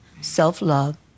self-love